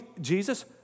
Jesus